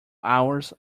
hours